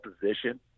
position